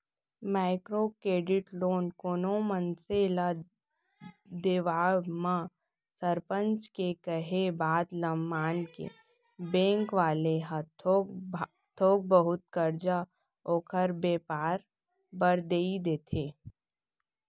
micro credit loan कोनो मनसे ल देवब म सरपंच के केहे बात ल मानके बेंक वाले ह थोक बहुत करजा ओखर बेपार बर देय देथे